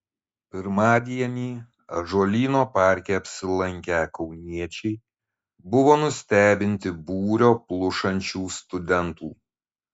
pirmadienį ąžuolyno parke apsilankę kauniečiai buvo nustebinti būrio plušančių studentų